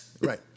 right